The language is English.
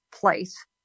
place